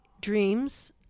dreams